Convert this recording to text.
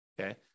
Okay